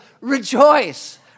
rejoice